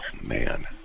man